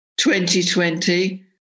2020